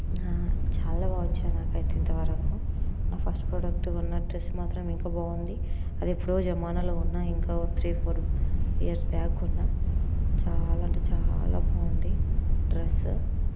చాలా బాగా వచ్చాయి నాకైతే ఇంత వరకు నా ఫస్ట్ ప్రోడక్ట్ కొన్న డ్రస్ మాత్రం ఇంకా బాగుంది అది ఎప్పుడో జమానాలో కొన్నా ఇంకా ఓ త్రీ ఫోర్ ఇయర్స్ బ్యాక్ కొన్న చాలా అంటే చాలా బాగుంది డ్రస్